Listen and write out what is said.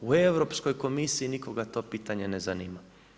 U Europskoj komisiji nikoga to pitanje ne zanima.